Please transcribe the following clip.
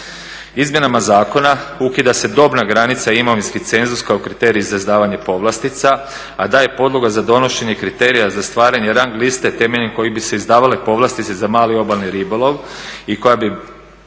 Izmjenama zakona ukida se dobna granica i imovinski cenzus kao kriterij za izdavanje povlastica, a daje podloga za donošenje kriterija za stvaranje rang liste temeljem koje bi se izdavale povlastice za mali obalni ribolov i koja bi